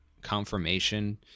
confirmation